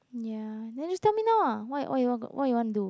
ya then just tell me now ah what what you want what you want do